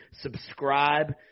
subscribe